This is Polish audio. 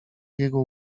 jego